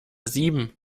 sieben